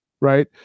right